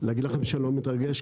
להגיד לכם שאני לא מתרגש?